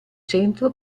centro